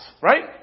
Right